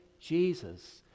Jesus